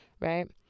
Right